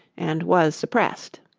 and was suppressed.